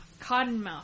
Cottonmouth